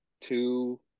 two